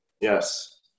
Yes